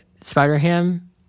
Spider-Ham